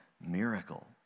miracle